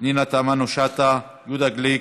פנינה תמנו, יהודה גליק,